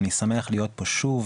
אני שמח להיות פה שוב,